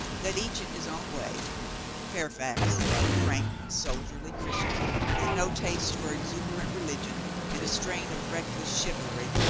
that each in his. own way fairfax a frank, soldierly christian with no taste for exuberant religion and a strain of reckless chiv alry